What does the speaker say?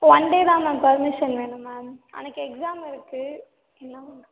one day தான் ma'am permission வேணும் ma'am அன்றைக்கு எக்ஸாம் இருக்கு என்ன பண்றது